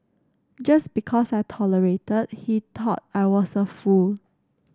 just because I tolerated he thought I was a fool